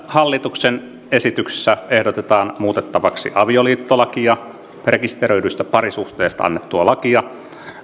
hallituksen esityksessä ehdotetaan muutettavaksi avioliittolakia rekisteröidystä parisuhteesta annettua lakia